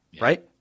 Right